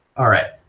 alright,